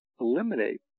eliminate